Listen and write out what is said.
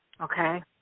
Okay